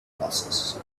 glasses